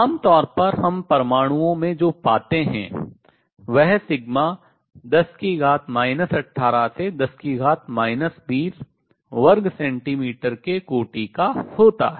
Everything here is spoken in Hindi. आमतौर पर हम परमाणुओं में जो पाते हैं वह सिग्मा 10 18 से 10 20 वर्ग सेंटीमीटर के कोटि का होता है